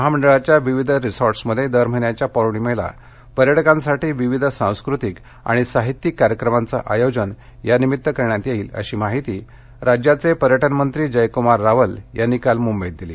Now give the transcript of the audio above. महामंडळाच्या विविध रिसोर्टमध्ये दर महिन्याच्या पौर्णिमेला पर्यटकांसाठी विविध सांस्कृतिक आणि साहित्यिक कार्यक्रमांचं आयोजन करण्यात येणार असल्याची माहिती राज्याचे पर्यटनमंत्री जयकुमार रावल यांनी काल मुंबईत दिली